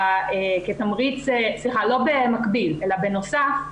לא במקביל אלא בנוסף,